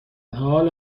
حاال